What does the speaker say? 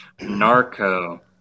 Narco